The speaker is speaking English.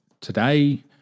today